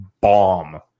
bomb